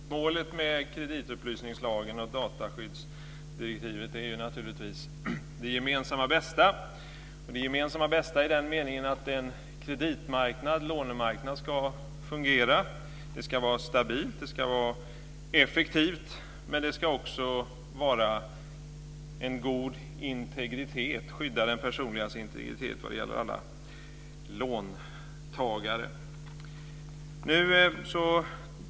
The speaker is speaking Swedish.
Fru talman! Målet med kreditupplysningslagen och dataskyddsdirektivet är naturligtvis det gemensamma bästa: Kredit och lånemarknaden ska fungera, det ska vara stabilt, det ska vara effektivt - men det ska också vara ett gott skydd för den personliga integriteten för alla låntagare.